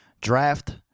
Draft